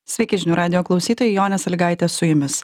sveiki žinių radijo klausytojai jonė sąlygaitė su jumis